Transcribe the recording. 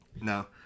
No